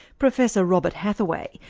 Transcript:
professor robert hathaway,